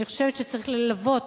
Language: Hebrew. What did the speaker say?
אני חושבת שצריך ללוות